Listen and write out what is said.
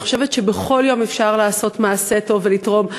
אני חושבת שבכל יום אפשר לעשות מעשה טוב ולתרום,